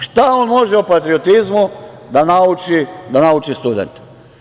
Šta on može o patriotizmu da nauči studente?